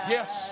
Yes